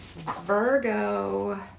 Virgo